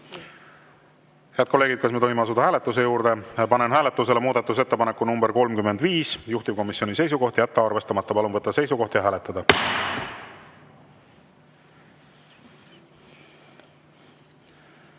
Head kolleegid, kas me võime asuda hääletuse juurde? Panen hääletusele muudatusettepaneku nr 28, juhtivkomisjoni seisukoht on jätta arvestamata. Palun võtta seisukoht ja hääletada!